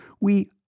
we—